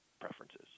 preferences